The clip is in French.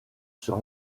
sur